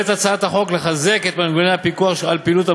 הצעת החוק פועלת לחזק את מנגנוני הפיקוח על פעילות הבורסה,